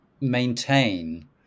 maintain